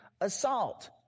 assault